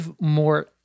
more